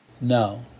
No